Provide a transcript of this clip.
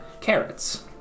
carrots